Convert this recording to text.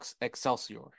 excelsior